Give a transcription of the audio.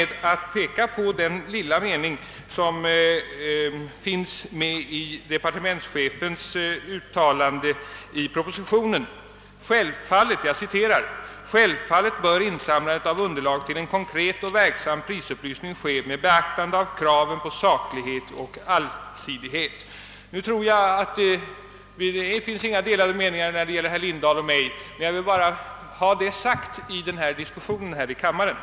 Departementschefen har också i propositionen skrivit: »Självfallet bör insamlandet av underlag till en konkret och verksam prisupplysning ske med beaktande av kraven på saklighet och allsidighet.» Jag tror inte att det råder några delade meningar mellan herr Lindahl och mig på denna punkt, men jag har velat peka på departementschefens uttalande.